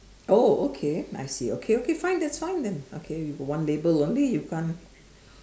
oh okay I see okay okay fine that's fine then okay you've got one label only you can't